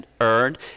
earned